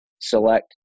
select